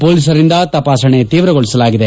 ಪೊಲೀಸರಿಂದ ತಪಾಸಣೆ ತೀವ್ರಗೊಳಿಸಲಾಗಿದೆ